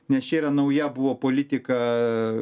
nes čia yra nauja buvo politika